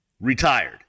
retired